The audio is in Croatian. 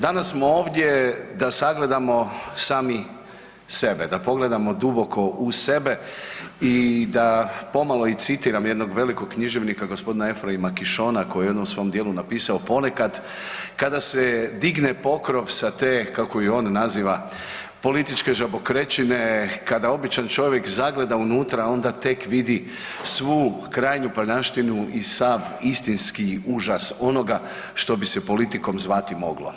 Danas smo ovdje da sagledamo sami sebe, da pogledamo duboko u sebe i da pomalo i citiram jednog velikog književnika g. Ephraim Kishona koji je u jednom svom dijelu napisao „ponekad kada se digne pokrov sa te“, kako ju on naziva, „političke žabokrečine, kada običan čovjek zagleda unutra onda tek vidi svu krajnju prljavštinu i sav istinski užas onoga što bi se politikom zvati moglo“